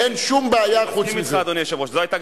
הוא כבר נתון ללחצים שנבחרי ציבור עומדים בהם